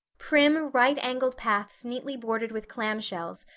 prim, right-angled paths neatly bordered with clamshells,